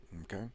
Okay